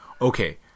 Okay